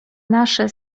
nasze